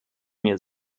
mir